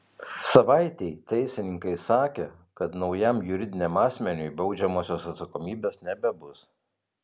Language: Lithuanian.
savaitei teisininkai sakė kad naujam juridiniam asmeniui baudžiamosios atsakomybės nebebus